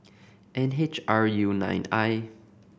N H R U nine I